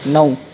नौ